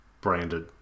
branded